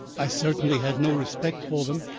i certainly had no respect for them.